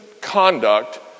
conduct